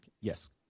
Yes